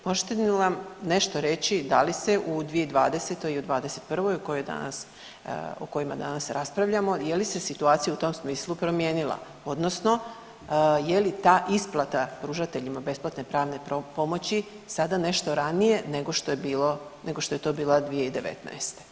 Možete li nam nešto reći da li se u 2020. i 2021. o kojima danas raspravljamo je li se situacija u tom smislu promijenila odnosno je li ta isplata pružateljima besplatne pravne pomoći sada nešto ranije nego što je to bilo 2019.